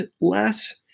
less